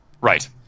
Right